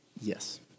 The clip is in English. yes